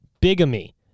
bigamy